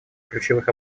ключевых